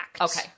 Okay